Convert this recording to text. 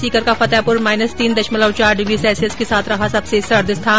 सीकर का फतेहपुर माइनस तीन दशमलव चार डिग्री सेल्सियस के साथ रहा सबसे सर्द स्थान